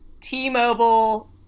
T-Mobile